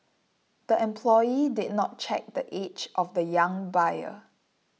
the employee did not check the age of the young buyer